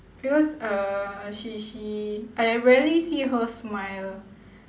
because uh she she I rarely see her smile